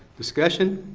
discussion?